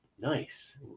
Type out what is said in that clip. nice